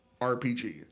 RPG